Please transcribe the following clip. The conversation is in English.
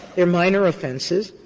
they're minor offenses